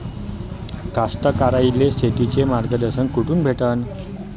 कास्तकाराइले शेतीचं मार्गदर्शन कुठून भेटन?